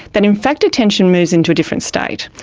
that in fact attention moves into a different state.